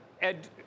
Ed